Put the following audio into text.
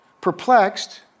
perplexed